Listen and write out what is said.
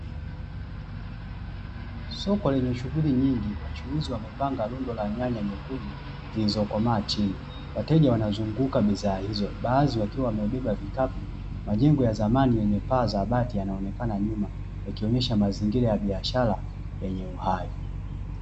Soko lenye shughuli nyingi, wachuuzi wamepanga rundo la nyanya nyekundu zilizokomaa chini. Wateja wanazunguka bidhaa hizo, baadhi wakiwa wamebeba vikapu. Majengo ya zamani yenye paa za bati yanaonekana nyuma, ikionyesha mazingira ya biashara yenye uhai.